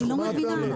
הבנו את הטענה,